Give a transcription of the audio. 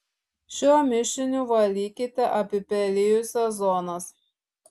šiuo mišiniu valykite apipelijusias zonas